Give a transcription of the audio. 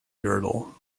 girdle